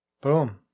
Boom